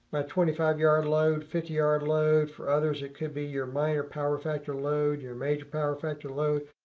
my twenty five yard load, fifty yard load. for others it could be your minor power factor load, your major power factor load.